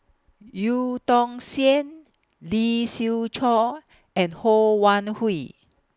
EU Tong Sen Lee Siew Choh and Ho Wan Hui